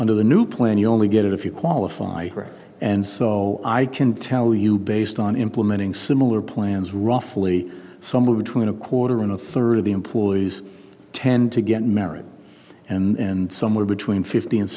under the new plan you only get it if you qualify for and so i can tell you based on implementing similar plans roughly somewhere between a quarter and a third of the employees tend to get married and somewhere between fifty and